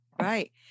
Right